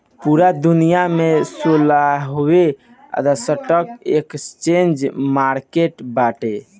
पूरा दुनिया में सोलहगो स्टॉक एक्सचेंज मार्किट बाटे